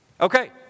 Okay